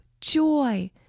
joy